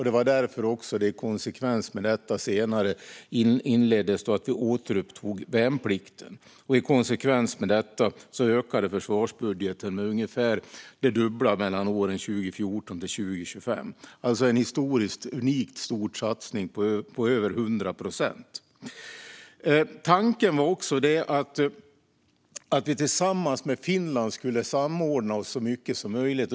Det var också i konsekvens med detta som vi senare återupptog värnplikten, och i konsekvens med detta ökade försvarsbudgeten med ungefär det dubbla för åren 2015-2025. Det är en historiskt unik stor satsning på över 100 procent. Tanken var att vi tillsammans med Finland skulle samordna så mycket som möjligt.